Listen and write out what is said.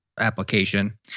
application